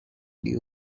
the